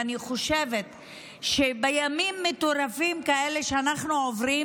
ואני חושבת שבימים מטורפים כאלה שאנחנו עוברים,